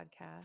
podcast